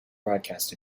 broadcast